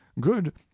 good